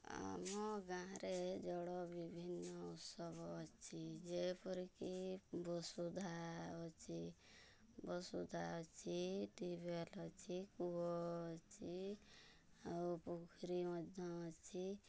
ଆମ ଗାଁରେ ଜଳ ବିଭିନ୍ନ ଉତ୍ସବ ଅଛି ଯେପରିକି ବସୁଧା ଅଛି ବସୁଧା ଅଛି ଟ୍ୟୁବ୍ୱେଲ୍ ଅଛି କୂଅ ଅଛି ଆଉ ପୋଖରୀ ମଧ୍ୟ ଅଛି